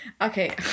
Okay